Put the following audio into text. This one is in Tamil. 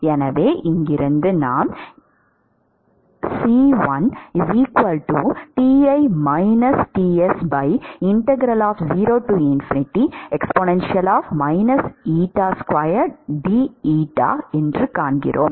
எனவே இங்கிருந்து நாம் காண்கிறோம்